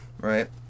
Right